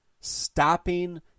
stopping